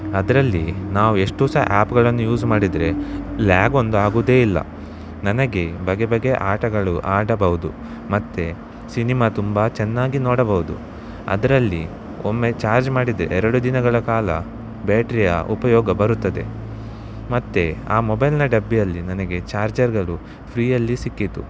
ಅದರಲ್ಲಿ ನಾವು ಎಷ್ಟು ಸಹ ಆ್ಯಪ್ಗಳನ್ನು ಯೂಸ್ ಮಾಡಿದರೆ ಲ್ಯಾಬ್ ಒಂದು ಆಗುವುದೇ ಇಲ್ಲ ನನಗೆ ಬಗೆಬಗೆಯ ಆಟಗಳು ಆಡಬಹುದು ಮತ್ತೆ ಸಿನಿಮಾ ತುಂಬ ಚೆನ್ನಾಗಿ ನೋಡಬಹುದು ಅದರಲ್ಲಿ ಒಮ್ಮೆ ಚಾರ್ಜ್ ಮಾಡಿದರೆ ಎರಡು ದಿನಗಳ ಕಾಲ ಬ್ಯಾಟ್ರಿಯ ಉಪಯೋಗ ಬರುತ್ತದೆ ಮತ್ತೆ ಆ ಮೊಬೈಲ್ನ ಡಬ್ಬಿಯಲ್ಲಿ ನನಗೆ ಚಾರ್ಜಗಳು ಫ್ರೀಯಲ್ಲಿ ಸಿಕ್ಕಿತ್ತು